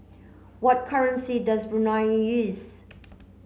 what currency does Brunei use